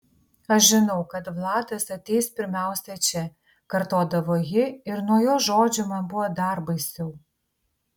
aš žinau kad vladas ateis pirmiausia čia kartodavo ji ir nuo jos žodžių man buvo dar baisiau